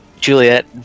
Juliet